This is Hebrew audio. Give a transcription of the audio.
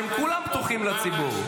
שהם כולם פתוחים לציבור.